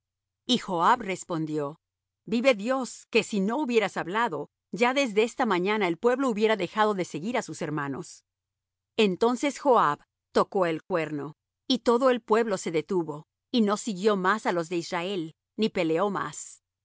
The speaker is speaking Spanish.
y joab respondió vive dios que si no hubieras hablado ya desde esta mañana el pueblo hubiera dejado de seguir á sus hermanos entonces joab tocó el cuerno y todo el pueblo se detuvo y no siguió más á los de israel ni peleó más